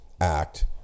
act